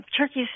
turkeys